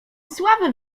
sławę